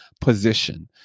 position